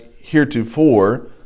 heretofore